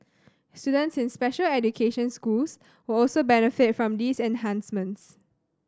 students in special education schools will also benefit from these enhancements